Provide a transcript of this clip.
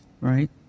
right